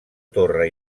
torre